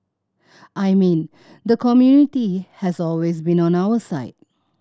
I mean the community has always been on our side